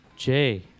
Jay